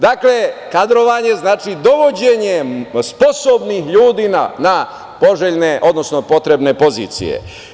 Dakle, kadrovanje znači dovođenje sposobnih ljudi na poželjne, odnosno potrebne pozicije.